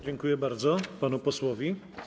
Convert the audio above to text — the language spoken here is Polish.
Dziękuję bardzo panu posłowi.